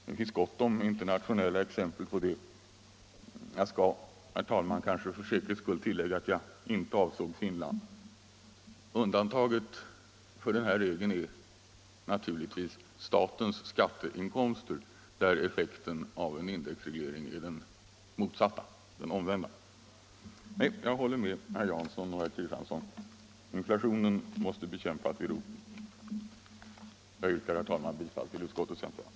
Det finns gott om internationella exempel på det. Jag skall, herr talman, kanske för säkerhets skull tillägga att jag inte avsåg Finland. Undantagna från den här regeln är naturligtvis statens inkomster, där effekten av en indexreglering är den omvända. Nej, jag håller med herrar Jansson och Kristiansson: Inflationen måste bekämpas vid roten. Jag yrkar, herr talman, bifall till utskottets hemställan.